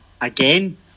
again